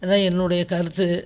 அதுதான் என்னுடைய கருத்து